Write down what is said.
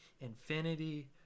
Infinity